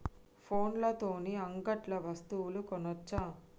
ఫోన్ల తోని అంగట్లో వస్తువులు కొనచ్చా?